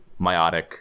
meiotic